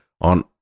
on